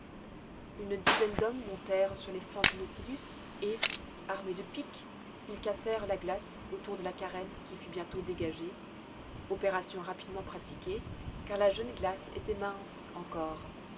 une dizaine d'hommes montèrent sur les flancs du nautilus et armés de pics ils cassèrent la glace autour de la carène qui fut bientôt dégagée opération rapidement pratiquée car la jeune glace était mince encore